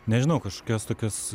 nežinau kažkokios tokios